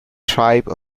tribe